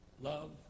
love